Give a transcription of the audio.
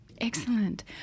Excellent